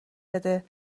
بده